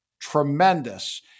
tremendous